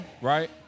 Right